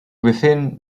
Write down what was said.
within